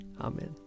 Amen